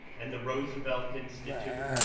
and the roosevelt institute,